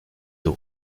eaux